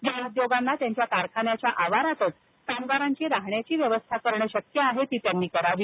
ज्या उद्योगांना त्यांच्या कारखान्याच्या आवारातच कामगारांची राहण्याची व्यवस्था करणं शक्य आहे ती त्यांनी करावी